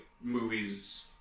movies